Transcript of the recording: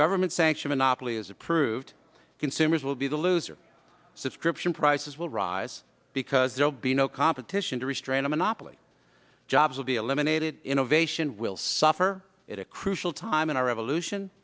government sanction monopoly is approved consumers will be the loser subscription prices will rise because there will be no competition to restrain a monopoly jobs will be eliminated innovation will suffer at a crucial time in our evolution